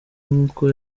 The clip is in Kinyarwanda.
nkuko